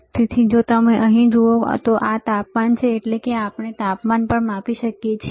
તેથી જો તમે અહીં જુઓ આ તાપમાન છેએટલે કે આપણે તાપમાન પણ માપી શકીએ છીએ